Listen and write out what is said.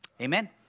amen